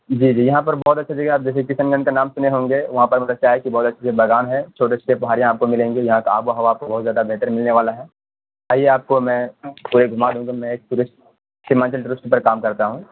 جی جی یہاں پر بہت اچھا جگہ ہے آپ جیسے کشن گنج کا نام سنے ہوں گے وہاں پر مطلب چائے کی بہت اچھی باغان ہیں چھوٹے چھوٹے پہاڑیاں آپ کو ملیں گی یہاں کا آب و ہوا بہت زیادہ بہتر ملنے والا ہے کہیے آپ کو میں پورے گھما دونگا میں ایک ٹورسٹ سیمانچل ٹورسٹ پر کام کرتا ہوں